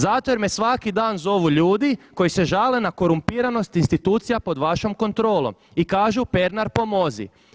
Zato jer me svaki dan zovu ljudi koji se žale na korumpiranost institucija pod vašom kontrolom i kažu Pernar pomozi.